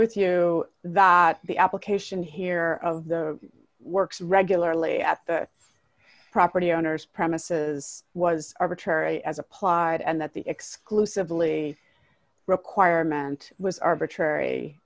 with you that the application here works regularly at the property owner's premises was arbitrary as applied and that the exclusively requirement was arbitrary